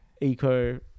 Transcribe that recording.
eco